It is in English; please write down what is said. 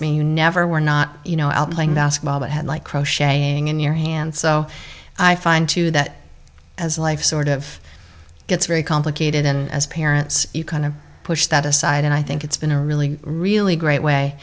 you never were not you know al playing basketball but had like crocheting in your hand so i find too that as life sort of gets very complicated and as parents you kind of push that aside and i think it's been a really really great way